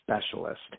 specialist